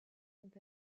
sont